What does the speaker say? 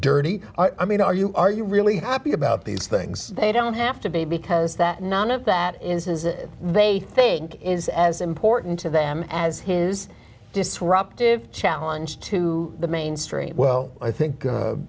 dirty i mean are you are you really happy about these things they don't have to be because that none of that is that they think is as important to them as his disruptive challenge to the mainstream well i think